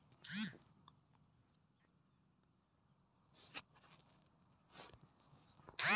ಸೋರೆಕಾಯಿ ಎಲ್ಲ ಋತುಗಳಲ್ಲಿ ಲಭ್ಯವಿರ್ತದೆ ಇದು ಹಲವು ದೈಹಿಕ ಸಮಸ್ಯೆಗಳಿಗೆ ಅದೊಂದು ಔಷಧಿಯಾಗಯ್ತೆ